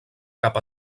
cap